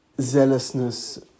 zealousness